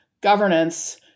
governance